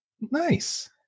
Nice